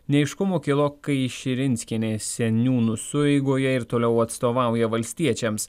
neaiškumų kilo kai širinskienė seniūnų sueigoje ir toliau atstovauja valstiečiams